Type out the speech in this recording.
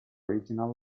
original